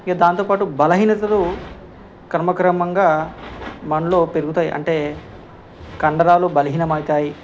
ఇక దాంతోపాటు బలహీనతలు క్రమక్రమంగా మనలో పెరుగుతాయి అంటే కండరాలు బలహీనం అవుతాయి